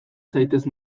zaitez